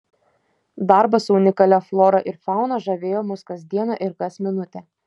darbas su unikalia flora ir fauna žavėjo mus kas dieną ir kas minutę